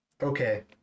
okay